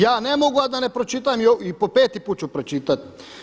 Ja ne mogu a da ne pročitam i po peti put ću pročitat.